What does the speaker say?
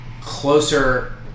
closer